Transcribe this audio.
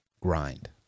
grind